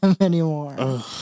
anymore